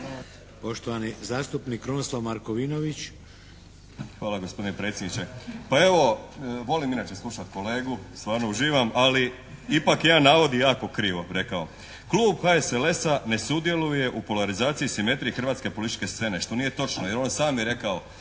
**Markovinović, Krunoslav (HDZ)** Hvala gospodine predsjedniče. Pa evo, volim inače slušati kolegu, stvarno uživam, ali ipak jedan navod je jako krivo rekao. Klub HSLS-a ne sudjeluje u polarizaciji simetrije hrvatske političke scene, što nije točno, jer on je sam je rekao